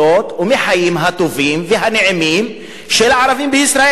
ומהחיים הטובים והנעימים של הערבים בישראל.